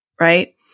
right